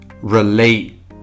relate